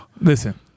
Listen